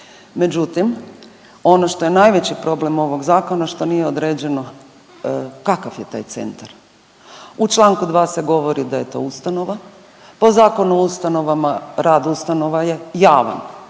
međutim ono što je najveći problem ovog zakona što nije određeno kakav je taj centar, u čl. 2. se govori da je to ustanova, po Zakonu o ustanovama rad ustanova je javan,